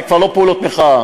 זה כבר לא פעולות מחאה,